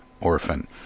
orphan